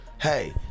Hey